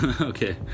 Okay